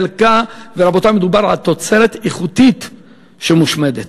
רבותי, מדובר על תוצרת איכותית שמושמדת.